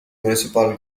municipal